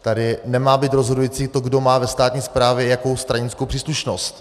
Tady nemá být rozhodující to, kdo má ve státní správě jakou stranickou příslušnost.